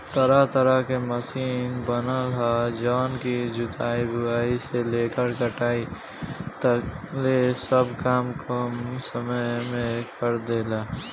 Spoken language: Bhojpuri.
तरह तरह के मशीन बनल ह जवन की जुताई, बुआई से लेके कटाई तकले सब काम कम समय में करदेता